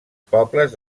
pobles